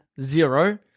zero